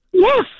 Yes